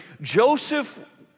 Joseph